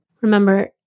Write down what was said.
Remember